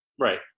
Right